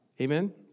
Amen